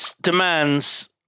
demands